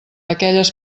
aquelles